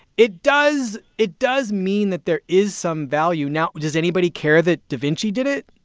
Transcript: it does it does mean that there is some value. now, does anybody care that davinci did it?